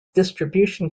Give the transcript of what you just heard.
distribution